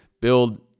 build